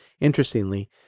Interestingly